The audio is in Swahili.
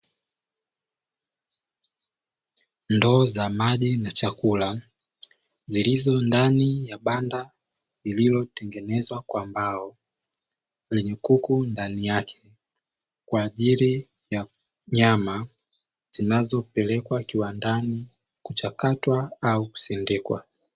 Ndoo za maji na chakula zilizo ndani ya banda lililotengenezwa kwa mbao lenye kuku ndani yake kwa ajili ya nyama zinazopelekwa kiwandani kuchakatwa au kusindikwa.